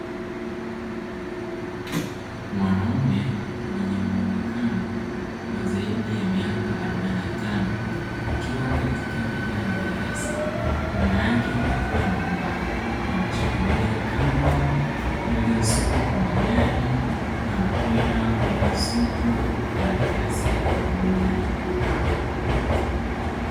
Mwanaume mwenye muonekano wa zaidi ya miaka arobaini na tano akiwa katika eneo la darasa nyuma yake kukiwa na ubao, ameshikilia kamba iliosukwa kwa majani na mpira uliosukwa kwa karatasi pamoja na kamba.